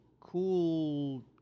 cool